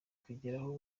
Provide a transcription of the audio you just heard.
kugeraho